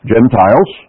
Gentiles